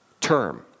term